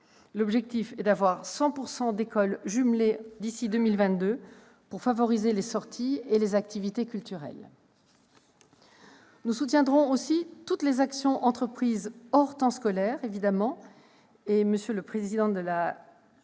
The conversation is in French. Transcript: L'objectif est d'avoir 100 % d'écoles jumelées d'ici à 2022, pour favoriser les sorties et les activités culturelles. Évidemment, nous soutiendrons aussi toutes les actions entreprises hors temps scolaire. Monsieur le président Éblé,